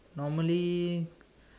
normally